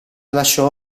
lasciò